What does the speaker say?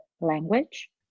language